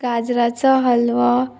गाजराचो हलवो